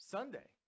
Sunday